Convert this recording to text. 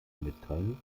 mitteilen